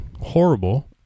horrible